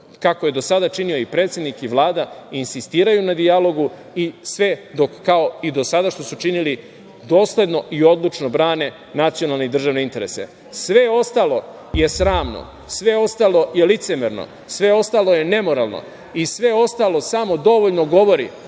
kako je do sada činio i predsednik i Vlada, i insistiraju na dijalogu, i sve dok, kao i do sada što su činili, dosledno i odlučno brane nacionalne i državne interese. Sve ostalo je sramno. Sve ostalo je licemerno. Sve ostalo je nemoralno i sve ostalo samo dovoljno govori